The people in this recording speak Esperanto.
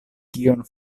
kion